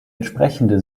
entsprechende